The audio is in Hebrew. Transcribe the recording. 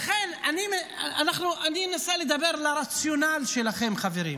לכן, אני אנסה לדבר לרציונל שלכם, חברים.